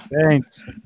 Thanks